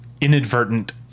Inadvertent